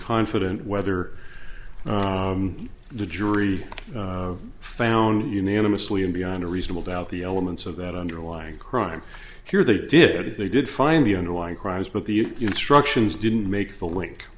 confident whether the jury found unanimously and beyond a reasonable doubt the elements of that underlying crime here they did they did find the underlying crimes but the instructions didn't make the link